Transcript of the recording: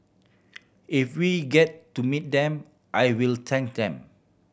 if we get to meet them I will thank them